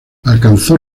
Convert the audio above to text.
alcanzó